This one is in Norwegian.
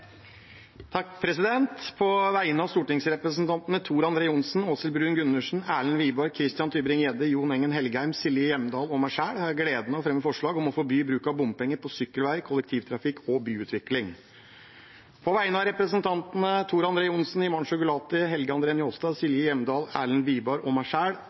På vegne av stortingsrepresentantene Tor André Johnsen, Åshild Bruun-Gundersen, Erlend Wiborg, Christian Tybring-Gjedde, Jon Engen-Helgheim, Silje Hjemdal og meg selv har jeg gleden av å fremme forslag om å forby bruk av bompenger på sykkelvei, kollektivtrafikk og byutvikling. På vegne av representantene Tor André Johnsen, Himanshu Gulati, Helge André Njåstad, Silje Hjemdal, Erlend Wiborg og